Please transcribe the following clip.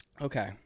Okay